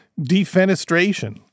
Defenestration